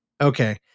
Okay